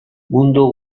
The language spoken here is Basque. mundu